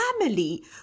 family